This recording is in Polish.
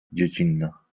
dziecinna